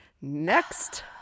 Next